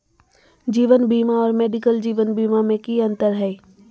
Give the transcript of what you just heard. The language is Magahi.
जीवन बीमा और मेडिकल जीवन बीमा में की अंतर है?